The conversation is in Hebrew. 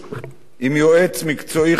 עם יועץ מקצועי חיצוני,